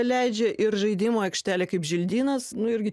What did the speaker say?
leidžia ir žaidimo aikštelė kaip želdynas nu irgi